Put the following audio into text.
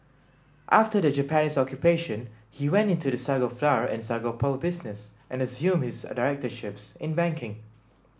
after the Japanese Occupation he went into the sago flour and sago pearl business and assumed his directorships in banking